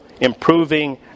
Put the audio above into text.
improving